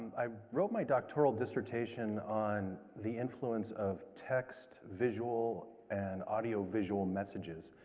i wrote my doctoral dissertation on the influence of text, visual and audiovisual messages,